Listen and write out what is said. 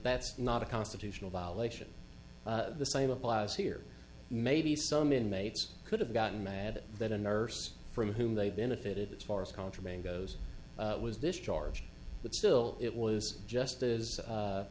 that's not a constitutional violation the same applies here maybe some inmates could have gotten mad that a nurse from whom they benefitted as far as contraband goes was discharged but still it was just